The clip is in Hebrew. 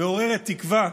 מעוררת תקווה,